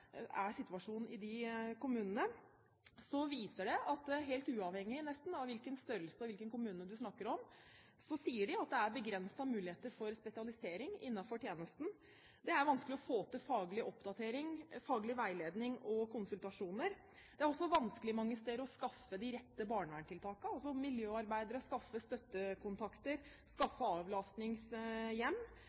hvordan situasjonen i de kommunene er beskrevet, viser det seg at nesten helt uavhengig av størrelse og hvilken kommune man snakker om, er det begrensede muligheter for spesialisering innenfor tjenesten. Det er vanskelig å få til faglig oppdatering, faglig veiledning og konsultasjoner, og det er også vanskelig mange steder å skaffe de rette barnevernstiltakene, altså miljøarbeidere, støttekontakter og avlastningshjem.